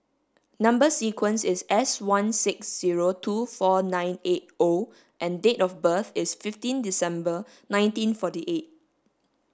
number sequence is S one six zero two four nine eight O and date of birth is fifteen December nineteen forty eight